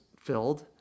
filled